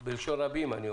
אני אומר בלשון רבים.